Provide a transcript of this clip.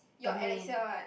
your alexa what